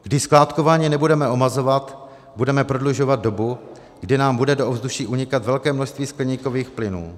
Když skládkování nebudeme omezovat, budeme prodlužovat dobu, kdy nám bude do ovzduší unikat velké množství skleníkových plynů.